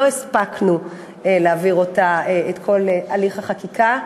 לא הספקנו להעביר אותה את כל הליך החקיקה,